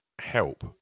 help